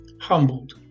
humbled